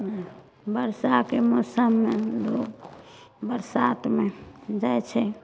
बरसाके मौसममे लोग बरसातमे जाइत छै